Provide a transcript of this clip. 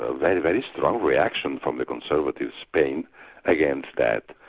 ah very, very strong reaction from the conservative spain against that.